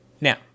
Now